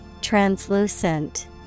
Translucent